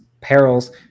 perils